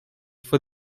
for